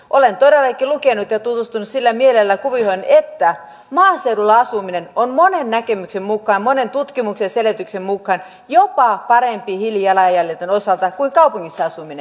olen todellakin lukenut tästä ja tutustunut sillä mielellä kuvioihin että maaseudulla asuminen on monen näkemyksen mukaan monen tutkimuksen ja selvityksen mukaan jopa parempi hiilijalanjäljen osalta kuin kaupungissa asuminen